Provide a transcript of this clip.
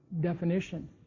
definition